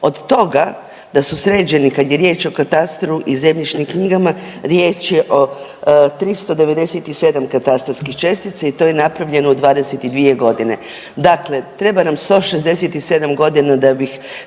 od toga da su sređeni kad je riječ o katastru i zemljišnim knjigama riječ je o 397 katastarskih čestica i to je napravljeno u 22 godine. Dakle, treba nam 167 godina da bih